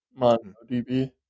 MongoDB